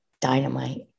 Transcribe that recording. dynamite